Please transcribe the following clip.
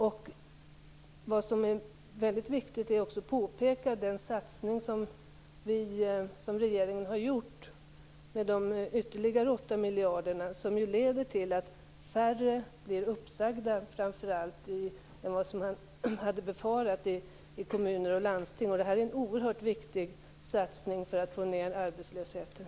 Det är också väldigt viktigt att påpeka den satsning som regeringen har gjort med ytterligare 8 miljarder, som leder till att färre än vad som hade befarats blir uppsagda i kommuner och landsting. Det här är en oerhört viktig satsning i kampen för att få ned arbetslösheten.